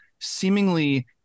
seemingly